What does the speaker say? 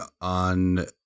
on